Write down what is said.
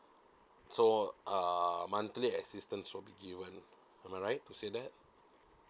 so uh monthly assistance will be given am I right to say that